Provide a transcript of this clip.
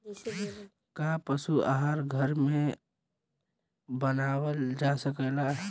का पशु आहार घर में बनावल जा सकेला?